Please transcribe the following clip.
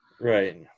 Right